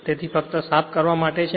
તેથી ફક્ત સાફ કરવા માટે છે